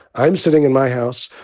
i'm sitting in my house.